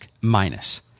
minus